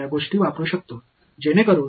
எனவே இந்த ஒருங்கிணைப்பு என்னவாக இருக்கும்